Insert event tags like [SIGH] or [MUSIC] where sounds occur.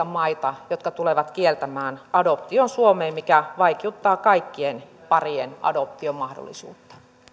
[UNINTELLIGIBLE] maita jotka tulevat kieltämään adoption suomeen mikä vaikeuttaa kaikkien parien adoptiomahdollisuutta